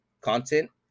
content